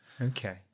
Okay